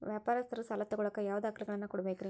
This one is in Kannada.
ವ್ಯಾಪಾರಸ್ಥರು ಸಾಲ ತಗೋಳಾಕ್ ಯಾವ ದಾಖಲೆಗಳನ್ನ ಕೊಡಬೇಕ್ರಿ?